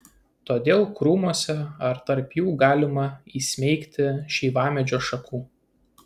todėl krūmuose ar tarp jų galima įsmeigti šeivamedžio šakų